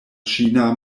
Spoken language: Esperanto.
ĉina